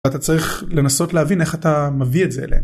אתה צריך לנסות להבין איך אתה מביא את זה אליה.